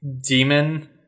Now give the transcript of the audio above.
demon